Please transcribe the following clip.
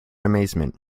amazement